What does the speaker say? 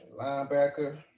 Linebacker